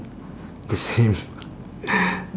the same